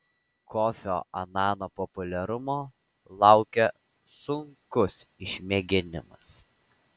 kofio anano populiarumo laukia sunkus išmėginimas